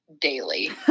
daily